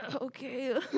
Okay